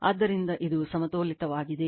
ಆದ್ದರಿಂದ ಇದು ಸಮತೋಲಿತವಾಗಿದೆ